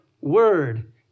word